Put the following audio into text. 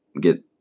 get